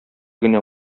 генә